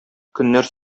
көннәр